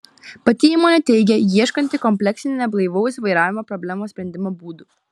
pati įmonė teigia ieškanti kompleksinių neblaivaus vairavimo problemos sprendimo būdų